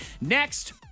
next